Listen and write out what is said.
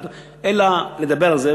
אלא לדבר על זה,